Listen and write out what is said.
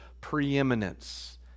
preeminence